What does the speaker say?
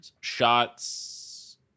shots